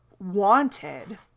wanted